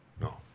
No